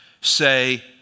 say